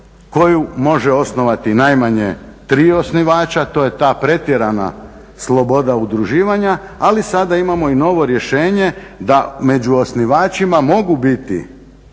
koju može osnovati najmanje tri osnivača, to je ta pretjerana sloboda udruživanja, ali sada imamo i novo rješenje da među osnivačima mogu biti